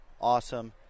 awesome